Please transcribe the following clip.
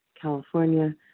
California